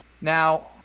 Now